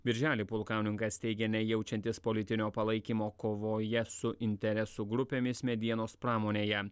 birželį pulkauninkas teigė nejaučiantis politinio palaikymo kovoje su interesų grupėmis medienos pramonėje